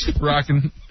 Rocking